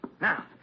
now